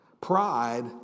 Pride